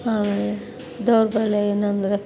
ದೌರ್ಬಲ್ಯ ಏನಂದರೆ